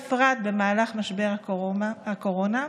בפרט במהלך משבר הקורונה.